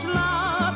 love